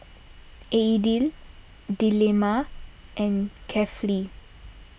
Aidil Delima and Kefli